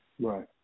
Right